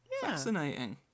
Fascinating